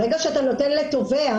ברגע שאתה נותן לתובע,